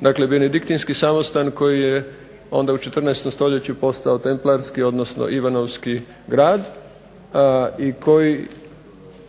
Dakle, benediktinski samostan koji je onda u 14. stoljeću postao templarski, odnosno Ivanovski grad i